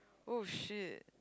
oh shit